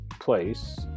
place